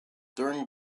during